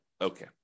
okay